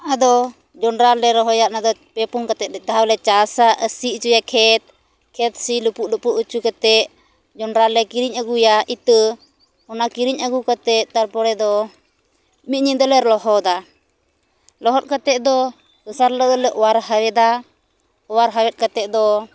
ᱟᱫᱚ ᱡᱚᱸᱰᱨᱟ ᱞᱮ ᱨᱚᱦᱚᱭᱟ ᱚᱱᱟ ᱫᱚ ᱯᱮ ᱯᱩᱱ ᱠᱟᱛᱮᱫ ᱢᱤᱫ ᱫᱷᱟᱣ ᱞᱮ ᱪᱟᱥᱼᱟ ᱥᱤ ᱚᱪᱚᱭᱟ ᱠᱷᱮᱛ ᱠᱷᱮᱛ ᱥᱤ ᱞᱩᱯᱩᱜ ᱞᱩᱯᱩᱜ ᱚᱪᱚ ᱠᱟᱛᱮᱫ ᱡᱚᱸᱰᱨᱟ ᱞᱮ ᱠᱤᱨᱤᱧ ᱟᱹᱜᱩᱭᱟ ᱤᱛᱟᱹ ᱚᱱᱟ ᱠᱤᱨᱤᱧ ᱟᱹᱜᱩ ᱠᱟᱛᱮᱫ ᱛᱟᱨᱯᱚᱨᱮ ᱫᱚ ᱢᱤᱫ ᱧᱤᱫᱟᱹᱞᱮ ᱞᱚᱦᱚᱫᱟ ᱞᱚᱦᱚᱫ ᱠᱟᱛᱮᱫᱚ ᱫᱚᱥᱟᱨ ᱦᱤᱞᱳᱜ ᱫᱚᱞᱮ ᱚᱣᱟᱨ ᱦᱟᱭᱮᱫᱟ ᱚᱣᱟᱨ ᱦᱟᱭᱮᱫ ᱠᱟᱛᱮ ᱫᱚ